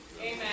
Amen